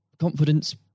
confidence